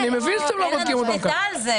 אני מבין שאתם --- אבל זה משקף.